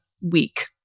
week